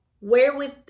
Wherewith